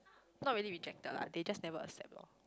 not really rejected lah they just never accept loh